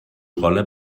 rolle